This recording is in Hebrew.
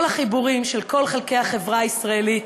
כל החיבורים של כל חלקי החברה הישראלית.